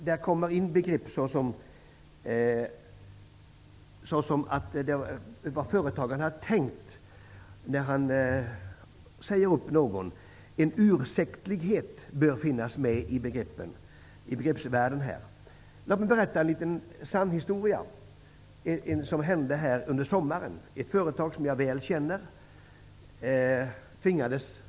Här tas upp vad en företagare har tänkt när han sade upp någon. En ursäktlighet bör finnas med i begreppsvärlden. Låt mig berätta en sann historia som inträffade förra sommaren. Den gäller ett företag som jag väl känner till.